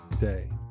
day